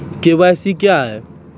KYC क्या हैं?